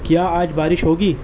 کیا آج بارش ہوگی